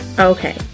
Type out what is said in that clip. Okay